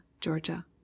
Georgia